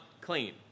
clean